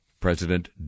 President